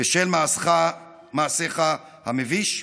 בשל מעשך המביש?